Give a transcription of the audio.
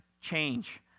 change